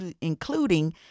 including